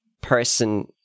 person